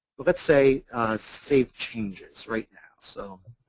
but let's say save changes right now. so